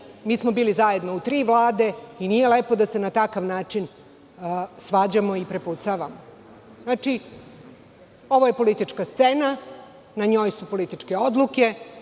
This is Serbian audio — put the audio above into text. Mi smo bili zajedno u tri Vlade i nije lepo da se na takav način svađamo i prepucavamo. Ovo je politička scena, na njoj su političke odluke,